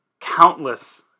countless